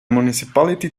municipality